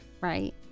right